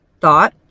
thought